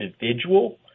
individual